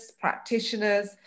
practitioners